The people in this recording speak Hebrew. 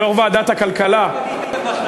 איפה היית בשנתיים האחרונות?